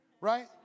Right